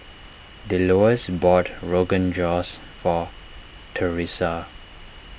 Delois bought Rogan Josh for theresa